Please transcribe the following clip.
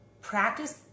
practice